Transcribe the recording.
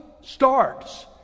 starts